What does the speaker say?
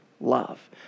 love